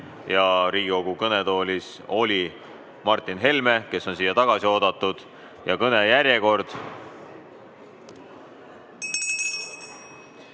Riigikogu kõnetoolis oli Martin Helme, kes on siia tagasi oodatud, ja kõnejärjekord